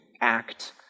act